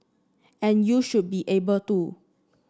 and you should be able to